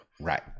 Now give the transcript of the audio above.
Right